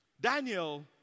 Daniel